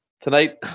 Tonight